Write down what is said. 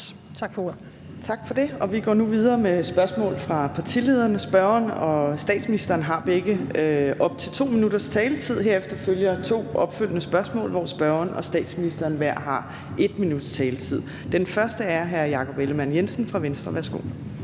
Tak for det. Vi går nu videre med spørgsmål fra partilederne. Spørgeren og statsministeren har begge først op til 2 minutters taletid, og herefter følger to opfølgende spørgsmål, hvor spørgeren og statsministeren hver har 1 minuts taletid. Den første er hr. Jakob Ellemann-Jensen fra Venstre. Værsgo.